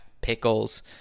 Pickles